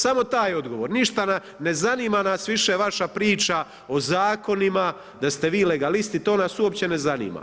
Samo taj odgovor, ne zanima nas više vaša priča o zakonima, da ste vi legalisti, to nas uopće ne zanima.